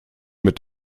mit